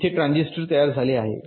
इथे ट्रान्झिस्टर तयार झाले आहेत